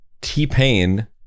T-Pain